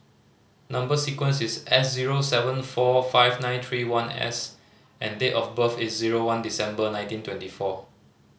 number sequence is S zero seven four five nine three one S and date of birth is zero one December nineteen twenty four